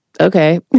okay